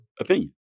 opinion